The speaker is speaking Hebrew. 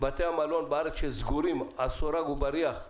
בתי המלון בארץ שסגורים על סורג ובריח,